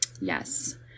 Yes